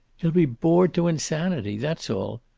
he'll be bored to insanity. that's all.